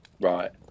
Right